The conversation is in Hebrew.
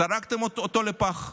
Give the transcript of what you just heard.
זרקתם אותו לפח,